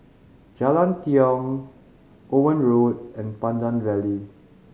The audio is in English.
Jalan Tiong Owen Road and Pandan Valley